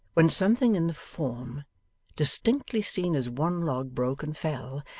when something in the form distinctly seen as one log broke and fell,